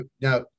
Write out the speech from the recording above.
Now